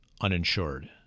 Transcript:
uninsured